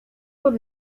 pod